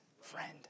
Friend